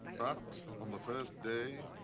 but, on the first day.